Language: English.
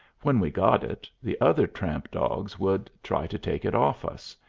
when we got it, the other tramp-dogs would try to take it off us,